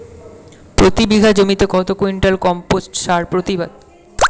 প্রতি বিঘা জমিতে কত কুইন্টাল কম্পোস্ট সার প্রতিবাদ?